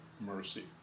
mercy